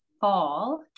fall